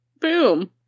Boom